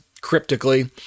cryptically